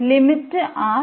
limit എടുക്കും